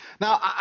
Now